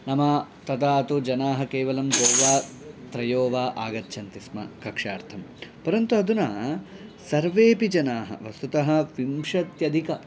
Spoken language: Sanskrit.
नाम तदा तु जनाः केवलं द्वयोः वा त्रयोः वा आगच्छन्ति स्म कक्षार्थं परन्तु अधुना सर्वेऽपि जनाः वस्तुतः विंशत्यधिक